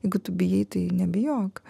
jeigu tu bijai tai nebijok